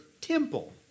temple